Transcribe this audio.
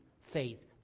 faith